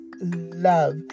love